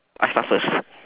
I start first